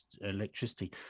electricity